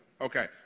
Okay